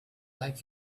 like